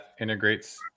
integrates